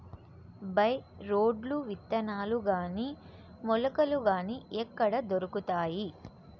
By రోడ్లు విత్తనాలు గాని మొలకలు గాని ఎక్కడ దొరుకుతాయి?